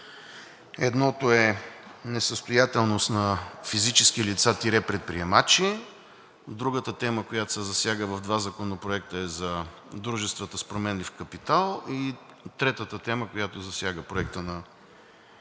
Едното е несъстоятелност на физически лица – предприемачи, другата тема, която се засяга в два законопроекта, е за дружествата с променлив капитал и третата тема, която засяга проекта на